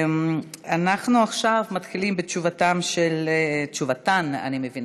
אנחנו עכשיו מתחילים בתשובתה של הממשלה,